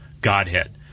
godhead